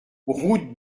route